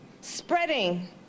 spreading